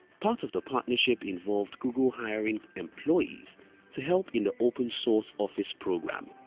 part of the partnership involved google hiring employees to help in the open source office program.